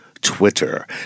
Twitter